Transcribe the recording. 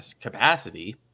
capacity